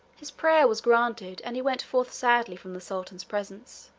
his prayer was granted, and he went forth sadly from the sultan's presence.